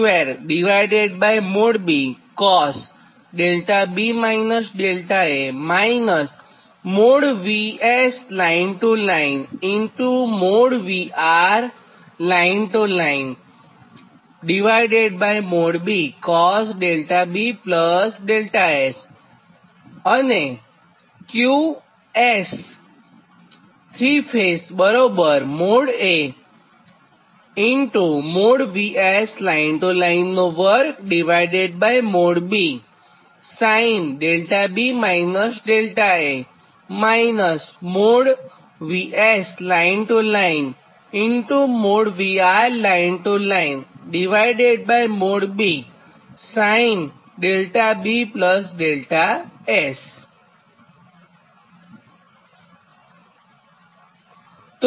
તો આ સમીકરણ 82 અને 83 છે